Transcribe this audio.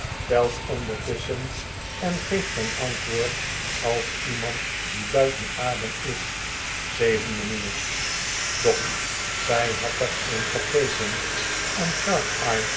telt ondertusschen en geeft ten antwoord als iemand die buiten adem is zeven m'nheer doch zij had er een vergeten en sharpeye